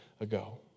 ago